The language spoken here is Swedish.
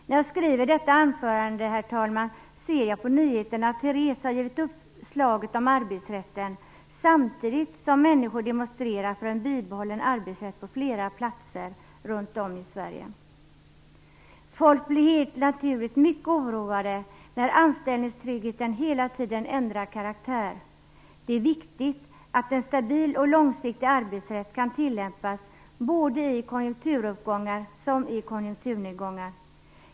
När jag skriver detta anförande ser jag på nyheterna att Therese har givit upp slaget om arbetsrätten, samtidigt som människor demonstrerar för en bibehållen arbetsrätt på flera platser runt om i Sverige. Folk blir helt naturligt mycket oroade när anställningstryggheten hela tiden ändrar karaktär. Det är viktigt att en stabil och långsiktig arbetsrätt kan tilllämpas både i konjunkturuppgångar och i konjunkturnedgångar.